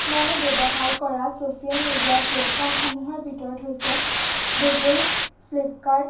মই ব্যৱহাৰ কৰা চ'চিয়েল মিডিয়া পেল্টফৰ্মসমূহৰ ভিতৰত হৈছে গুগুল ফ্লিপকাৰ্ট